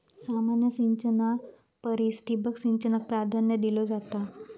सामान्य सिंचना परिस ठिबक सिंचनाक प्राधान्य दिलो जाता